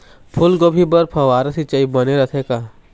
फूलगोभी बर फव्वारा सिचाई बने रथे का?